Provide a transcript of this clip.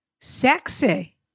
Sexy